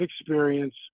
experience